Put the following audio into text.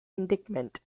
indictment